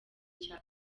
cya